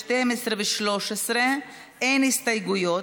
12 ו-13 אין הסתייגויות,